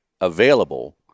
available